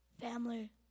family